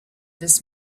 this